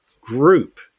group